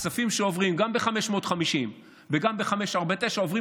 הכספים שעוברים גם ב-550 וגם ב-549 עוברים